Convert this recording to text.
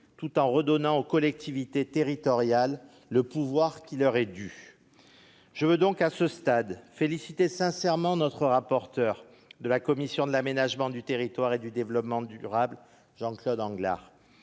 tout en redonnant aux collectivités territoriales le pouvoir qui leur est dû. Je veux donc à ce stade féliciter sincèrement le rapporteur de la commission de l'aménagement du territoire et du développement durable, Jean-Claude Anglars,